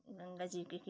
गंगा जी के